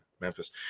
memphis